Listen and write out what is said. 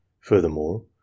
Furthermore